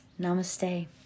Namaste